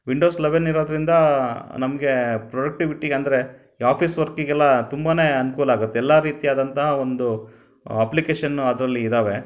Windows eleven ಇರೋದರಿಂದ ನಮಗೆ ಪ್ರೊಡಕ್ಟಿವಿಟಿಗೆ ಅಂದರೆ ಈ ಆಫೀಸ್ ವರ್ಕಿಗೆಲ್ಲ ತುಂಬಾ ಅನುಕೂಲ ಆಗುತ್ತೆ ಎಲ್ಲ ರೀತಿಯಾದಂಥ ಒಂದು ಅಪ್ಲಿಕೇಶನ್ ಅದರಲ್ಲಿ ಇದ್ದಾವೆ